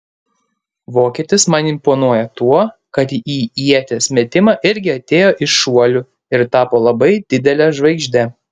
vokietis man imponuoja tuo kad į ieties metimą irgi atėjo iš šuolių ir tapo labai didele žvaigžde